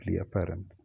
apparent